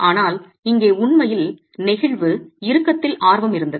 ஆனால் இங்கே உண்மையில் நெகிழ்வு இறுக்கத்தில் ஆர்வம் இருந்தது